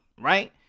right